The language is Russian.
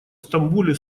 стамбуле